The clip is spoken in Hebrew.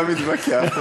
אני לא מתווכח.